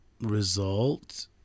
result